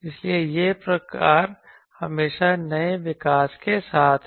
इसलिए यह प्रकार हमेशा नए विकास के साथ है